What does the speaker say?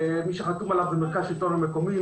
ומי שחתום עליו זה מרכז השלטון המקומי.